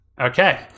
Okay